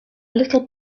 little